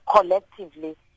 collectively